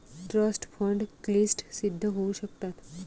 trust fund क्लिष्ट सिद्ध होऊ शकतात